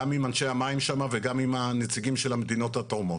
גם עם אנשי המים שם וגם עם נציגי המדינות התורמות.